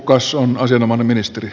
kukas on asianomainen ministeri